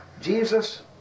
jesus